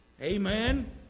Amen